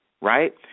right